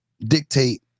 dictate